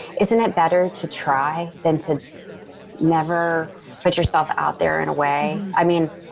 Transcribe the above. isn't it better to try than to never put yourself out there in a way? i mean,